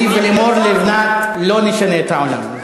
אני ולימור לבנת לא נשנה את העולם.